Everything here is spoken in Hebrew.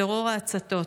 טרור ההצתות.